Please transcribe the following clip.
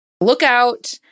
Lookout